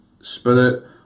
spirit